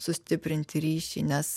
sustiprinti ryšį nes